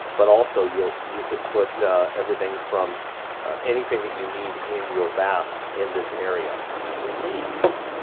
but also, you you could put everything from anything that you need in your bath in this area. and i believe,